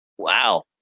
wow